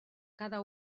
cada